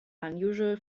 unusual